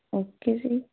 okay ਜੀ